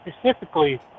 Specifically